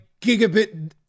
gigabit